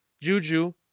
Juju